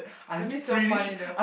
it'd be so funny though